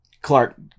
Clark